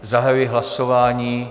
Zahajuji hlasování.